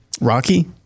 Rocky